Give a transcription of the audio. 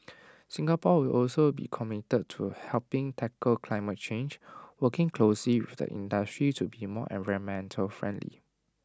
Singapore will also be committed to helping tackle climate change working closely with the industry to be more environmental friendly